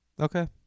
okay